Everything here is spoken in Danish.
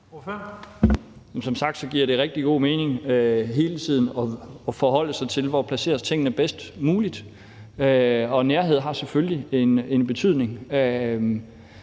Som sagt giver det rigtig god mening hele tiden at forholde sig til, hvor tingene placeres bedst muligt, og nærhed har selvfølgelig en betydning.